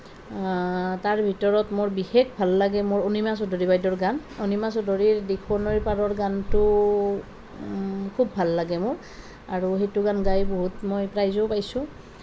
তাৰ ভিতৰত মোৰ বিশেষ ভাল লাগে মোৰ অনিমা চৌধুৰী বাইদেউৰ গান অনিমা চৌধুৰীৰ দিখৌ নৈৰ পাৰৰ গানটো খুব ভাল লাগে মোৰ আৰু সেইটো গান গাই বহুত মই প্ৰাইজো পাইছোঁ